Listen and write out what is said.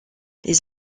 les